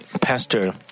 pastor